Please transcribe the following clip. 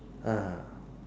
uh